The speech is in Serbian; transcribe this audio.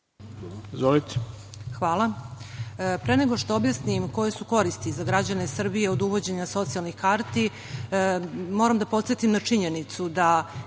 Marković** Hvala. Pre nego što objasnim koje su koristi za građane Srbije od uvođenja socijalnih karti, moram da podsetim na činjenicu da